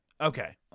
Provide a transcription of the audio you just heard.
Okay